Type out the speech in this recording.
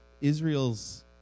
Israel's